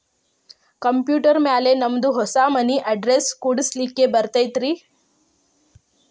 Computer ಮ್ಯಾಲೆ ನಮ್ದು ಹೊಸಾ ಮನಿ ಅಡ್ರೆಸ್ ಕುಡ್ಸ್ಲಿಕ್ಕೆ ಬರತೈತ್ರಿ?